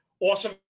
awesome